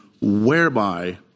whereby